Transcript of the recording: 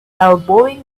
elbowing